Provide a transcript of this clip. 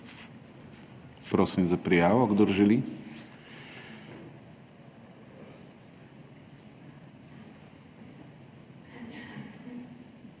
prosim za prijavo, kdor želi.